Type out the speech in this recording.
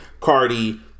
Cardi